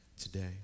today